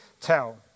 tell